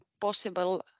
possible